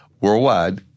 worldwide